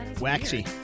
Waxy